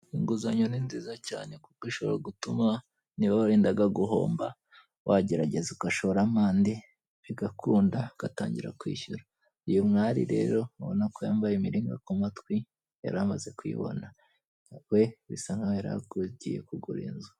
Inguzanyo ni nziza cyane kuko ishobora gutuma niba warendaga guhomba, wagerageza ugashoramo andi bigakunda ugatangira kwishyura. Uyu mwari rero urabona ko yambaye imiringa kumatwi yaramaze kuyibona ariko we bisa nkaho yaragiye kugura inzu.